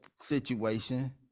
situation